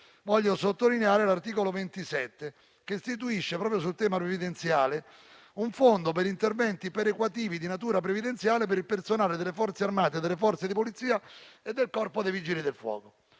voglio sottolineare l'articolo 27, che istituisce, proprio sul tema previdenziale, un fondo per interventi perequativi di natura previdenziale per il personale delle Forze armate, delle Forze di polizia e del Corpo dei vigili del fuoco.